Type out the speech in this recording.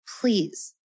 Please